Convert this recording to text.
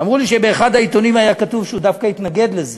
אמרו לי שבאחד העיתונים היה כתוב שהוא דווקא התנגד לזה.